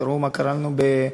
תראו מה קרה לנו בפיפ"א.